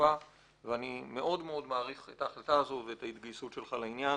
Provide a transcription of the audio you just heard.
חשובה ואני מאוד מעריך את ההחלטה הזאת ואת ההתגייסות שלך לעניין.